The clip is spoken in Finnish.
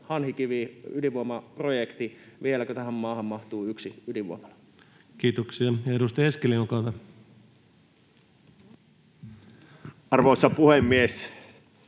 Hanhikivi-ydinvoimaprojekti, vieläkö tähän maahan mahtuu yksi ydinvoimala? Kiitoksia. — Edustaja Eskelinen, olkaa hyvä. Arvoisa puhemies!